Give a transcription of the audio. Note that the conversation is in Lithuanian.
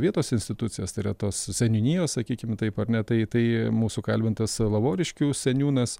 vietos institucijas tai yra tos seniūnijos sakykim taip ar ne tai tai mūsų kalbintas lavoriškių seniūnas